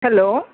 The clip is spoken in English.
hello